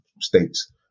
States